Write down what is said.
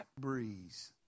breeze